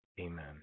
Amen